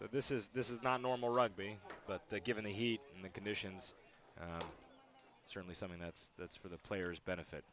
so this is this is not normal rugby but that given the heat and the conditions certainly something that's that's for the players benefit